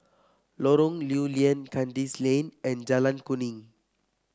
Lorong Lew Lian Kandis Lane and Jalan Kuning